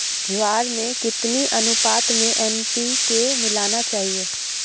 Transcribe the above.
ज्वार में कितनी अनुपात में एन.पी.के मिलाना चाहिए?